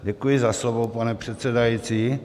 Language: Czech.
Děkuji za slovo, pane předsedající.